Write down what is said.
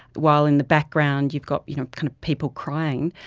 while in the background you've got you know kind of people crying.